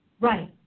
Right